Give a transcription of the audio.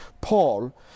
Paul